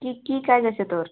কি কি কাজ আছে তোর